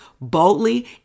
boldly